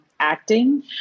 acting